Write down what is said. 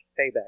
payback